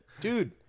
dude